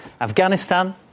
Afghanistan